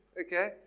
Okay